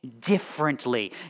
differently